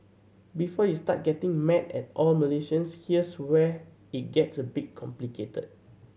before you start getting mad at all Malaysians here's where it gets a bit complicated